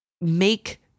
make